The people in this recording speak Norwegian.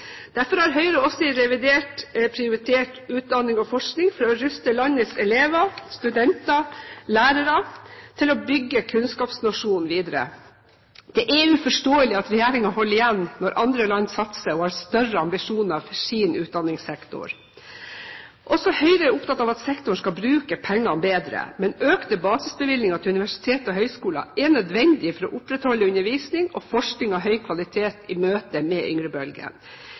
Derfor har Høyre også i revidert prioritert utdanning og forskning for å ruste landets elever, studenter og lærere til å bygge kunnskapsnasjonen videre. Det er uforståelig at regjeringen holder igjen når andre land satser og har større ambisjoner for sin utdanningssektor. Også Høyre er opptatt av at sektoren skal bruke pengene bedre, men økte basisbevilgninger til universiteter og høyskoler er nødvendig for å opprettholde undervisning og forskning av høy kvalitet i møte med yngrebølgen.